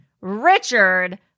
Richard